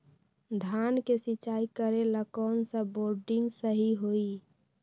धान के सिचाई करे ला कौन सा बोर्डिंग सही होई?